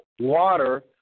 water